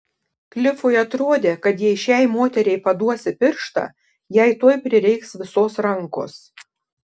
klifui atrodė kad jei šiai moteriai paduosi pirštą jai tuoj prireiks visos rankos